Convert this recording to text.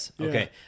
Okay